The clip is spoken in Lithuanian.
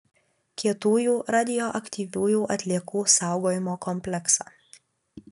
kietųjų radioaktyviųjų atliekų saugojimo kompleksą